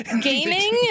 Gaming